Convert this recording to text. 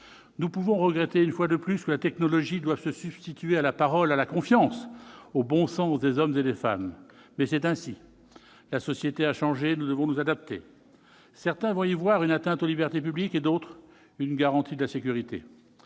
Nous pouvons regretter, une fois de plus, que la technologie doive se substituer à la parole, à la confiance, au bon sens des hommes et des femmes, mais c'est ainsi. La société a changé et nous devons nous adapter. Certains vont y voir une atteinte aux libertés publiques et d'autres une garantie de la sécurité.